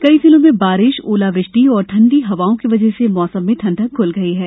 कई जिलों में बारिश ओलावृष्टि और ठंडी हवाओं की वजह से मौसम में ठंडक घूल गई है